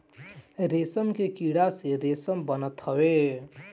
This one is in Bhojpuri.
रेशम के कीड़ा से रेशम बनत हवे